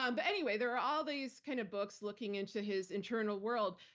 ah but anyway, there are all these kind of books looking into his internal world.